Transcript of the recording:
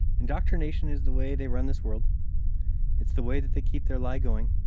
indoctrination is the way they run this world it's the way that they keep their lie going